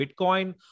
Bitcoin